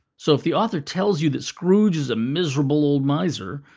so if the author tells you that scrooge is a miserable old miser,